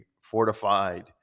fortified